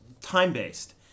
time-based